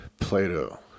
Plato